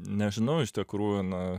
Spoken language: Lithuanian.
nežinau iš tikrųjų na